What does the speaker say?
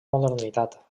modernitat